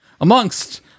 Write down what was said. Amongst